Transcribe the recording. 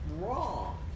wrong